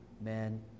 men